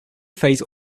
phase